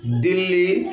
Delhi